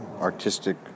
artistic